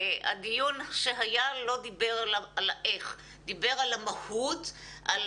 הדיון שהיה לא דיבר על ה-איך אלא דיבר על המהות ועל